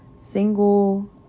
single